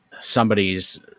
somebody's